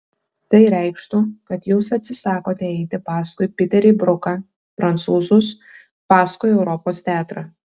tai reikštų kad jūs atsisakote eiti paskui piterį bruką prancūzus paskui europos teatrą